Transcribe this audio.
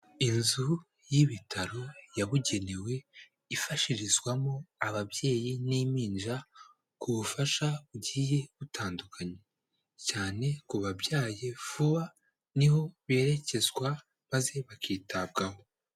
Inzu y'ibitaro yabugenewe, ifashirizwamo ababyeyi n'impinja ku bufasha bugiye butandukanye, cyane ku babyaye vuba niho berekezwa maze bakitabwaho.